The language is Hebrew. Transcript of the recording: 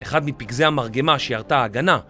אחד מפגזי המרגמה שירתה הגנה